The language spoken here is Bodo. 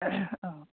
औ